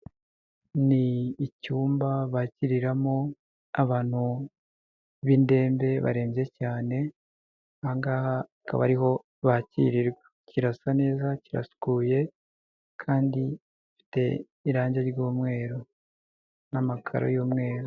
Ni icyumba bakiriramo abantu b'indembe barembye cyane aha ngaha akaba ariho bakirirwa. Kirasa neza kirasukuye kandi gifite irange ry'umweru n'amakaro y'umweru.